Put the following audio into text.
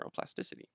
neuroplasticity